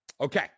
Okay